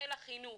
חיל חינוך